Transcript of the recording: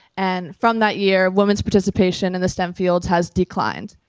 and from that year, women's participation in the stem fields has declined.